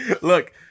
Look